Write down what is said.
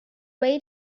way